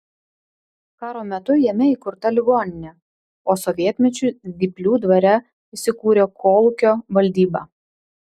karo metu jame įkurta ligoninė o sovietmečiu zyplių dvare įsikūrė kolūkio valdyba